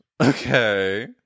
Okay